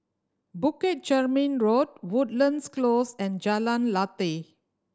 Bukit Chermin Road Woodlands Close and Jalan Lateh